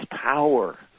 power